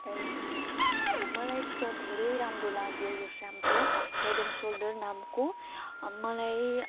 त्यहाँदेखि मलाई त धेरै राम्रो लाग्यो यो स्याम्पो हेड एण्ड सोल्डर नामको मलाई